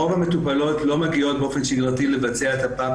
רוב המטופלות לא מגיעות באופן שיגרתי לבצע את הפאפ